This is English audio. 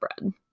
bread